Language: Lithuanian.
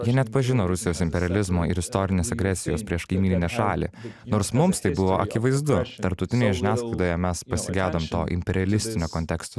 jie neatpažino rusijos imperializmo ir istorinės agresijos prieš kaimyninę šalį nors mums tai buvo akivaizdu tarptautinėje žiniasklaidoje mes pasigedom to imperialistinio konteksto